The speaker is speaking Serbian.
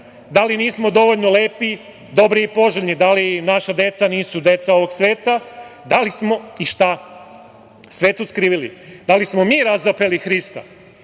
da li nismo dovoljno lepi, dobri i poželjni, da li naša deca nisu deca ovog sveta, da li smo i šta svetu skrivili. Da li smo mi razapeli Hrista?